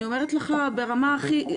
אני אומרת לך ברמה הכי,